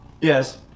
yes